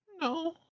No